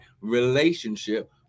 relationship